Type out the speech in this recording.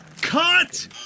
cut